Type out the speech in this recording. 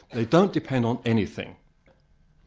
they don't depend on anything.